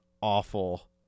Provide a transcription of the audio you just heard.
awful